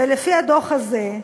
ולפי הדוח הזה,